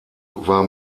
war